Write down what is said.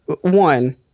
one